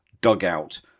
dugout